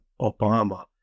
Obama